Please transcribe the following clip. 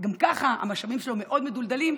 שגם ככה המשאבים שלו מאוד מדולדלים,